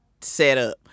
setup